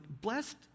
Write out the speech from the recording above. blessed